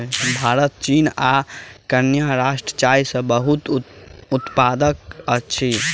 भारत चीन आ केन्या राष्ट्र चाय के बहुत पैघ उत्पादक अछि